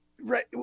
right